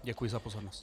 Děkuji za pozornost.